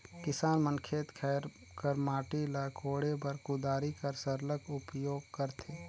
किसान मन खेत खाएर कर माटी ल कोड़े बर कुदारी कर सरलग उपियोग करथे